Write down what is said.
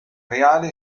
reale